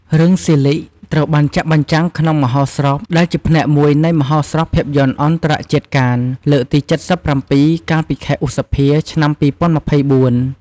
រឿង ស៊ីលីគ (Silig) ត្រូវបានចាក់បញ្ចាំងក្នុងមហោស្រព ដែលជាផ្នែកមួយនៃ មហោស្រពភាពយន្តអន្តរជាតិកាន លើកទី ៧៧ កាលពីខែឧសភា ឆ្នាំ ២០២៤។